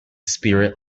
spirit